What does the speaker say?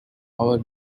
our